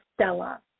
Stella